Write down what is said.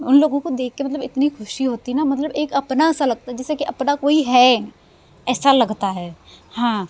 उन लोगों को देख के मतलब इतनी ख़ुशी होती हैं ना मतलब एक अपना सा लगता है कि जैसे कि अपना कोई है ऐसा लगता है हाँ